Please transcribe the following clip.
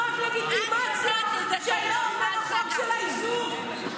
נותנת לגיטימציה לזה שלא עובר החוק של האיזוק.